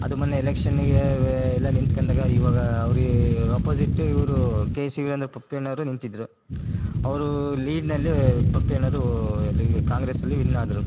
ಅದು ಮೊನ್ನೆ ಎಲೆಕ್ಷನ್ನಿಗೆ ಎಲ್ಲ ನಿಂತ್ಕಂಡಾಗ ಇವಾಗ ಅವ್ರ ಅಪೋಸಿಟ್ ಇವರು ಕೆ ಸಿ ವೀರೇಂದ್ರ ಪಪ್ಪಿ ಅಣ್ಣವರು ನಿಂತಿದ್ದರು ಅವರು ಲೀಡ್ನಲ್ಲೇ ಪಪ್ಪಿ ಅಣ್ಣವಅರು ಎಲ್ಲಿ ಕಾಂಗ್ರೆಸಲ್ಲಿ ವಿನ್ನಾದರು